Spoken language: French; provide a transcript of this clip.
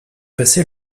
passer